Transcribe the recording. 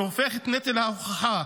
שהופך את נטל ההוכחה,